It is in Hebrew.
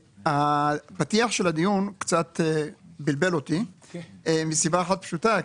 הפתיח של הדיון קצת בלבל אותי וזאת מסיבה אחת פשוטה.